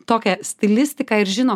tokią stilistiką ir žino